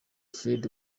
fred